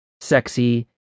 sexy